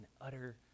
utter